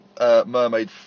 Mermaid